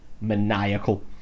maniacal